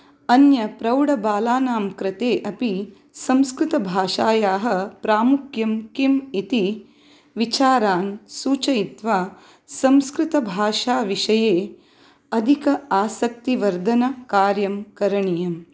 अन्य प्रौढबालानां कृते अपि संस्कृतभाषायाः प्रामुख्यं किम् इति विचारान् सूचयित्वा संस्कृतभाषाविषये अधिक आसक्तिवर्धनकार्यं करणीयम्